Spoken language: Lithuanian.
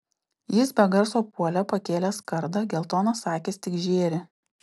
jis be garso puolė pakėlęs kardą geltonos akys tik žėri